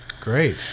great